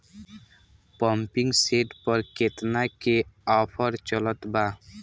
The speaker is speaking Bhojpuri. पंपिंग सेट पर केतना के ऑफर चलत बा?